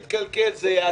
טיפול של ועדת האתיקה, זה גם